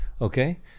Okay